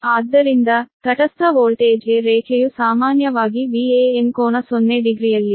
ಆದ್ದರಿಂದ ತಟಸ್ಥ ವೋಲ್ಟೇಜ್ಗೆ ರೇಖೆಯು ಸಾಮಾನ್ಯವಾಗಿ Van ಕೋನ 0 ಡಿಗ್ರಿಯಲ್ಲಿದೆ